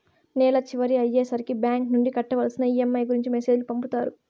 నెల చివర అయ్యే సరికి బ్యాంక్ నుండి కట్టవలసిన ఈ.ఎం.ఐ గురించి మెసేజ్ లు పంపుతారు